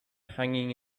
hanging